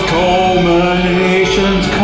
culminations